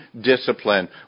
discipline